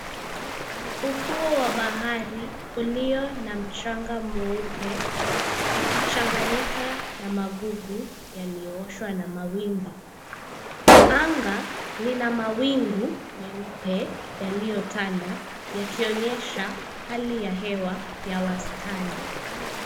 Ufuo wa bahari uliona mchanga mweupe ikichanganyika na magugu yaliyooshwa na mawimbi. Anga lina mawingu meupe yaliyotanda yakionyesha hali ya hewa ya wastani .